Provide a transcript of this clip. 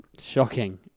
Shocking